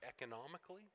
economically